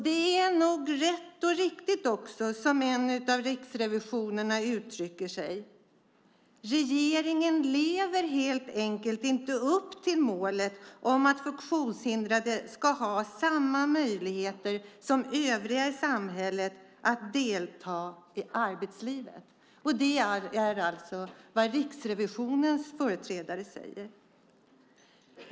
Det är nog rätt och riktigt som en av riksrevisorerna uttrycker sig: Regeringen lever helt enkelt inte upp till målet om att funktionshindrade ska ha samma möjligheter som övriga i samhället att delta i arbetslivet. Det är vad Riksrevisionens företrädare säger.